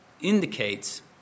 indicates